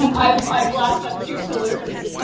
ah i blast up two pillars,